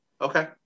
okay